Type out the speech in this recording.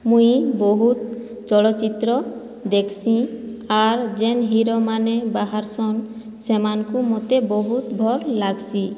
ମୁଇଁ ବହୁତ ଚଳଚିତ୍ର ଦେଖ୍ସି ଆର୍ ଯେନ୍ ହିରୋମାନେ ବାହାରସନ୍ ସେମାନଙ୍କୁ ମୋତେ ବହୁତ ଭଲ୍ ଲାଗ୍ସି